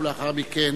ולאחר מכן